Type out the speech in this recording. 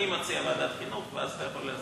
אני מציע ועדת חינוך, ואז אתה יכול להסכים.